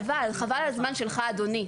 חבל, חבל על הזמן שלך אדוני.